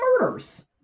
murders